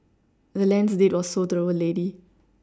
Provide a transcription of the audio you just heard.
the land's deed was sold to the old lady